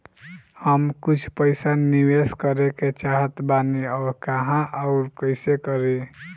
हम कुछ पइसा निवेश करे के चाहत बानी और कहाँअउर कइसे करी?